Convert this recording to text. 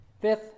Fifth